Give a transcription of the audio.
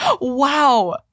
Wow